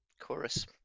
chorus